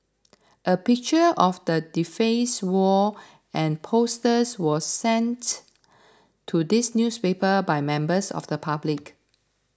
a picture of the defaced wall and the posters was sent to this newspaper by members of the public